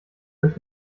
durch